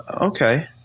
okay